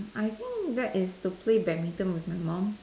I think that is to play badminton with my mum